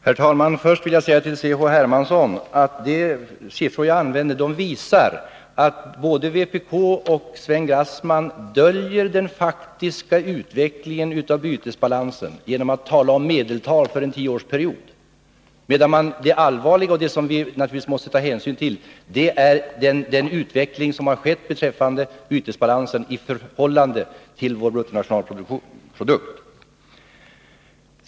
Herr talman! Först vill jag säga till C.-H. Hermansson att de siffror jag nämnde visar att både vpk och Sven Grassman döljer den faktiska utvecklingen av bytesbalansen genom att tala om medeltal för en tioårsperiod. Men det allvarliga och det som vi naturligtvis måste ta hänsyn till är den utveckling som har skett beträffande bytesbalansen i förhållande till vår bruttonationalprodukt.